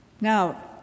Now